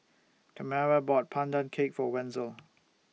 Tamara bought Pandan Cake For Wenzel